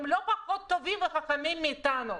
הן לא פחות טובות וחכמות מאיתנו,